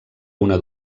una